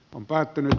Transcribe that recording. pompahteli